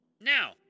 Now